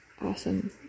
awesome